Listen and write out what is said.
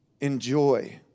enjoy